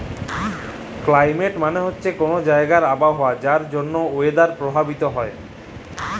climate মালে হছে কল জাইগার আবহাওয়া যার জ্যনহে ওয়েদার পরভাবিত হ্যয়